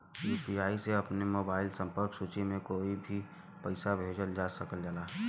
UPI से अपने mobile संपर्क सूची में कोई के भी पइसा भेजल जा सकल जाला